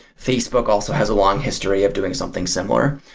facebook also has a long history of doing something similar.